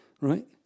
Right